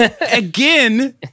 again